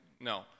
no